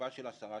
מהשפעת השרה.